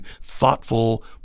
thoughtful